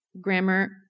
grammar